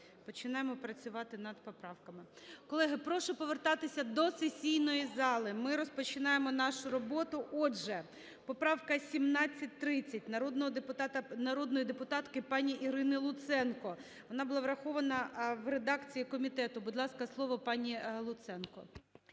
почнемо працювати над поправками. Колеги, прошу повертатися до сесійної зали, ми розпочинаємо нашу роботу. Отже, поправка 1730 народної депутатки пані Ірини Луценко, вона була врахована в редакції комітету. Будь ласка, слово пані Луценко.